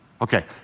Okay